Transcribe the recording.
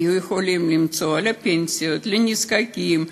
היו יכולים למסור לפנסיות, לנזקקים.